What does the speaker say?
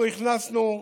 אנחנו הכנסנו,